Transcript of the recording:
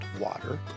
water